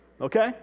okay